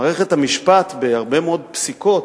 מערכת המשפט, בהרבה מאוד פסיקות,